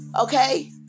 Okay